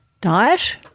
diet